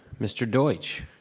mr. deutsch.